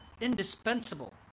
indispensable